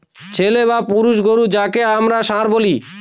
ছেলে বা পুরুষ গোরু যাকে আমরা ষাঁড় বলি